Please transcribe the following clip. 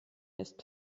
ist